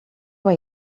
were